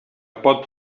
pot